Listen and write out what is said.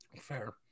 Fair